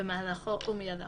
במהלכו ומיד לאחריו,